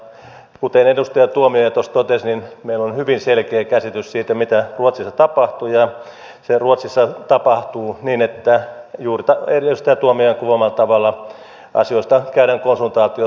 ja kuten edustaja tuomioja tuossa totesi meillä on hyvin selkeä käsitys siitä mitä ruotsissa tapahtuu ja siellä ruotsissa tapahtuu niin että juuri edustaja tuomiojan kuvaamalla tavalla asioista käydään konsultaatio suomalaisten kanssa